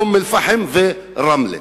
לאום-אל-פחם ורמלה?